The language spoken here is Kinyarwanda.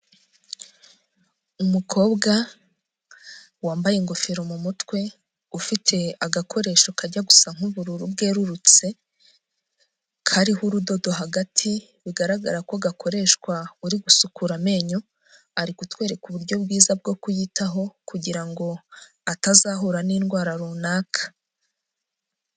Umukobwa wambaye ingofero mu mutwe, ufite agakoresho kajya gusa nk'ubururu bwerurutse, kariho urudodo hagati bigaragara ko gakoreshwa uri gusukura amenyo, ari kutwereka uburyo bwiza bwo kuyitaho kugira ngo atazahura n'indwara runaka.